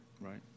right